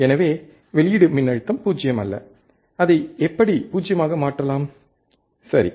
எனவே வெளியீடு மின்னழுத்தம் 0 அல்ல அதை எப்படி 0 ஆக மாற்றலாம் சரி